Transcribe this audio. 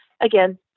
Again